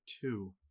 two